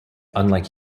unlike